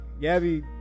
Gabby